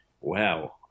wow